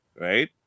right